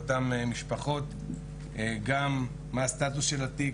לאותן משפחות מה הסטטוס של התיק,